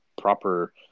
proper